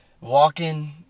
walking